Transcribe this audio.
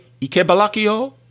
Ikebalakio